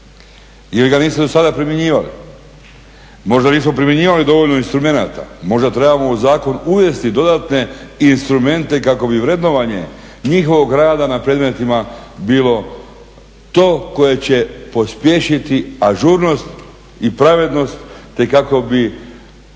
jer ga niste do sada primjenjivali. Možda nismo primjenjivali dovoljno instrumenata, možda trebamo u zakon uvesti dodatne instrumente kako bi vrednovanje njihovog rada na predmetima bilo to koje će pospješiti ažurnost te kako bi